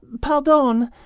Pardon